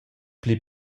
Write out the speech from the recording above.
pli